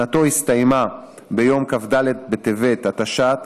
וכהונתו הסתיימה ביום כ"ד בטבת התשע"ט,